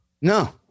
No